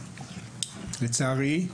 לצערי,